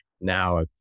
now